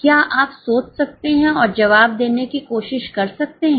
क्या आप सोच सकते हैं और जवाब देने की कोशिश कर सकते हैं